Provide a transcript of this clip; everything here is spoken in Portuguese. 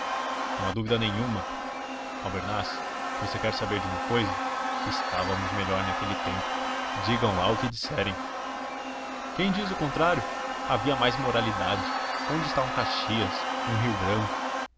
não há dúvida nenhuma albernaz você quer saber de uma cousa estávamos melhor naquele tempo digam lá o que disserem quem diz o contrário havia mais moralidade onde está um caxias um rio branco